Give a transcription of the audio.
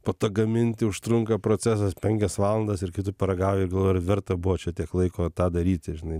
po to gaminti užtrunka procesas penkias valandas ir kai tu paragauji ar verta buvo čia tiek laiko tą daryti žinai